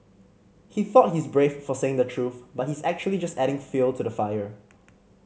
he thought he's brave for saying the truth but he's actually just adding fuel to the fire